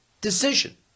decision